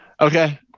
okay